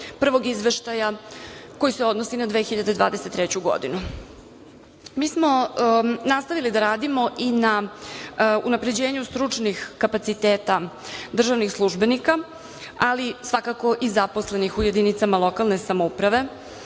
prvog izveštaja koji se odnosi na 2023. godinu. Mi smo nastavili da radimo na unapređenju stručnih kapaciteta državnih službenika, ali svakako i zaposlenih u jedinicama lokalne samouprave.U